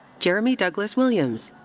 jeremy douglas williams.